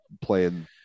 playing